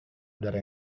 udara